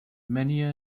many